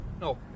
no